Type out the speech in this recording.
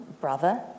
brother